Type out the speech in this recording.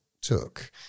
took